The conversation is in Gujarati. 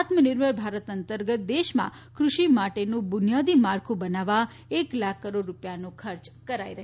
આત્મનિર્ભર ભારત અંતર્ગત દેશમાં કૃષિ માટેનું બુનિયાદી માળખું બનાવવા એક લાખ કરોડ રૂપિયાનો ખર્ચ કરાઇ રહ્યો છે